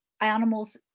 animals